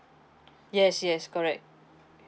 yes yes correct